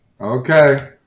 Okay